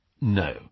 No